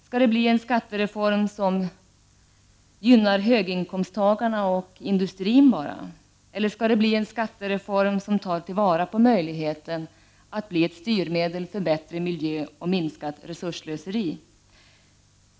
Skall det bli en skattereform som gynnar bara höginkomsttagarna och industrin? Eller skall det bli en skattereform som tar till vara möjligheten att bli ett styrmedel för bättre miljö och minskat resursslöseri?